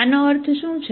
આનો અર્થ શું છે